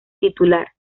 titular